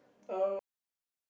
oh damn